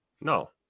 No